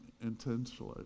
intensely